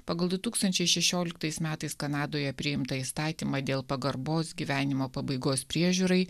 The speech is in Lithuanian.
pagal du tūkstančiai šešioliktais metais kanadoje priimtą įstatymą dėl pagarbos gyvenimo pabaigos priežiūrai